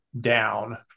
down